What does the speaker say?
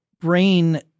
brain